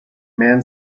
man